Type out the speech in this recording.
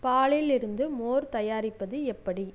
பாலில் இருந்து மோர் தயாரிப்பது எப்படி